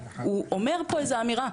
הוא אומר פה איזה אמירה.